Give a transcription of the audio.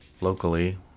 locally